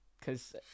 Cause